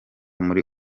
muri